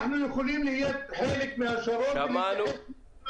אנחנו יכולים להיות חלק מהשרון וחלק מהתוכנית.